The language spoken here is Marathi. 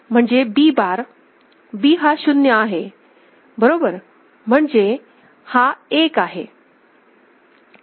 JA म्हणजे B बार B हा 0 आहे बरोबर म्हणजे हा 1 आहे